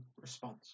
response